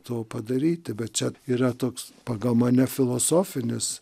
to padaryti bet čia yra toks pagal mane filosofinis